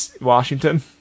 Washington